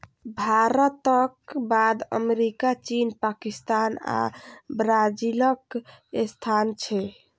भारतक बाद अमेरिका, चीन, पाकिस्तान आ ब्राजीलक स्थान छै